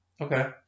Okay